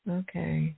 okay